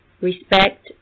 respect